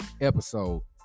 episode